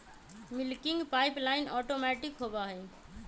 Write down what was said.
milking pipeline automatic होबा हई